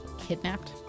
kidnapped